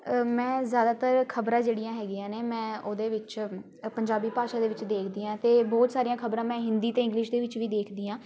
ਮੈਂ ਜ਼ਿਆਦਾਤਰ ਖ਼ਬਰਾਂ ਜਿਹੜੀਆਂ ਹੈਗੀਆਂ ਨੇ ਮੈਂ ਉਹਦੇ ਵਿੱਚ ਪੰਜਾਬੀ ਭਾਸ਼ਾ ਦੇ ਵਿੱਚ ਦੇਖਦੀ ਹਾਂ ਅਤੇ ਬਹੁਤ ਸਾਰੀਆਂ ਖ਼ਬਰਾਂ ਮੈਂ ਹਿੰਦੀ ਅਤੇ ਇੰਗਲਿਸ਼ ਦੇ ਵਿੱਚ ਵੀ ਦੇਖਦੀ ਹਾਂ